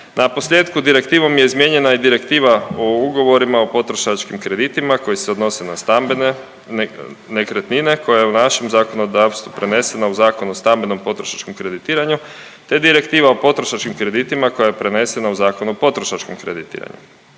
Na posljetku direktivom je izmijenjena i Direktiva o ugovorima o potrošačkim kreditima koji se odnose na stambene nekretnine koja je u našem zakonodavstvu prenesena u Zakon o stambenom potrošačkom kreditiranju, te Direktiva o potrošačkim kreditima koja je prenesena u Zakon o potrošačkom kreditiranju.